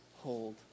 hold